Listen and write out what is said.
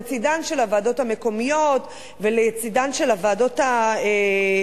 לצדן של הוועדות המקומיות ולצדן של הוועדות המחוזיות,